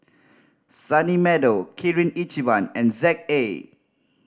Sunny Meadow Kirin Ichiban and Z A